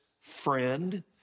friend